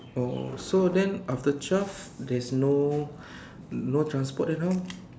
oh so then after twelve there's no no transport then how